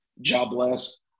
jobless